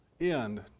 end